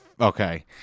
okay